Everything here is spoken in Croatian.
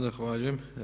Zahvaljujem.